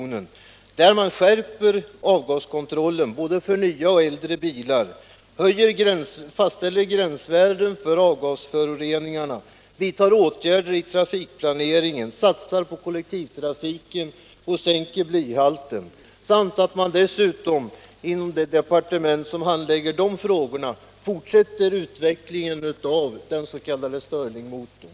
I denna krävs att man skall skärpa avgaskontrollen av både nya och äldre bilar, fastställa gränsvärden för avgasreningen, vidta åtgärder i trafikplaneringen, satsa på kollektiv trafik, sänka blyhalten i bensin samt dessutom, i det departement som handlägger sådana frågor, fortsätta utvecklingen av den s.k. Stirlingmotorn.